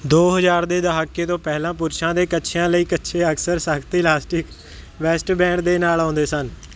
ਦੋ ਹਜ਼ਾਰ ਦੇ ਦਹਾਕੇ ਤੋਂ ਪਹਿਲਾਂ ਪੁਰਸ਼ਾਂ ਦੇ ਕੱਛਿਆਂ ਲਈ ਕੱਛੇ ਅਕਸਰ ਸਖ਼ਤ ਇਲਾਸਟਿਕ ਵੇਸਟ ਬੈਂਡ ਦੇ ਨਾਲ ਆਉਂਦੇ ਸਨ